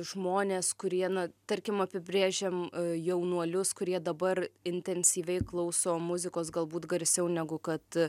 žmonės kurie na tarkim apibrėžiam jaunuolius kurie dabar intensyviai klauso muzikos galbūt garsiau negu kad